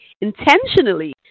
intentionally